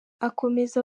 akomeza